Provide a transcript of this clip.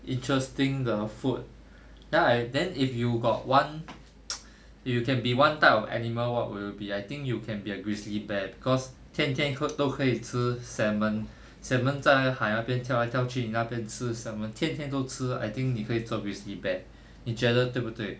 interesting 的 food ya lah then if you got one you can be one type of animal what will you be I think you can be a grizzly bear cause 天天都可以吃 salmon salmon 在海那边跳来跳去你那边吃 salmon 天天都吃 I think 你可以做 grizzly bear 你觉得对不对